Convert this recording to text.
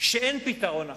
שאין פתרון אחר,